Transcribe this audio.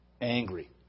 angry